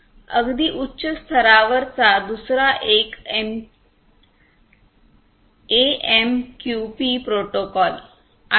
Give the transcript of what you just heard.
अगदी उच्च स्तरावरचा दुसरा एक एएमक्यूपी प्रोटोकॉल आहे